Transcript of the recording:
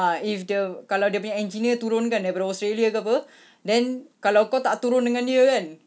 ah if the kalau dia punya engineer turun kan daripada australia ke apa then kalau kau tak turun dengan dia kan